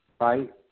right